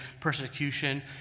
persecution